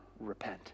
repent